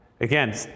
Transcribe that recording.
Again